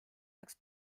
läks